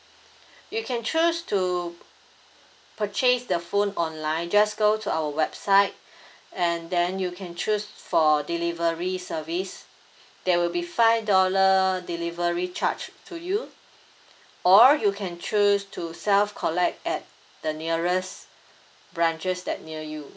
you can choose to purchase the phone online just go to our website and then you can choose for delivery service there will be five dollar delivery charge to you or you can choose to self collect at the nearest branches that near you